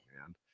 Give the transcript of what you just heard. man